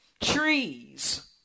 trees